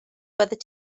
byddet